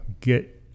get